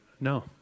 no